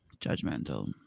judgmental